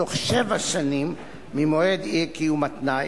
בתוך שבע שנים ממועד אי-קיום התנאי,